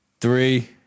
Three